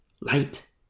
Light